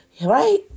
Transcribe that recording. Right